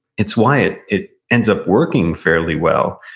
it's why it it ends up working fairly well.